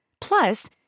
Plus